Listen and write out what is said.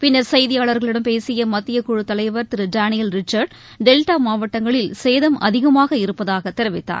பின்னா் செய்தியாளர்களிடம் பேசிய மத்தியக்குழுத் தலைவா் திரு டேனியல் ரிச்சா்ட் டெல்டா மாவட்டங்களில் சேதம் அதிகமாக இருப்பதாக தெரிவித்தார்